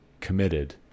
committed